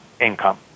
income